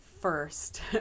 first